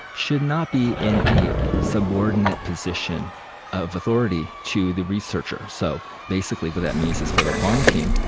should not be in a subordinate position of authority to the researcher. so, basically what that means is for the hwang team,